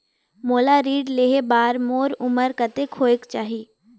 मोला ऋण लेहे बार मोर उमर कतेक होवेक चाही?